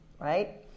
right